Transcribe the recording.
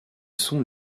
sont